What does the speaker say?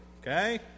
okay